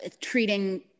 treating